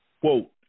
Quote